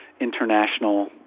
international